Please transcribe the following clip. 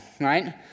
right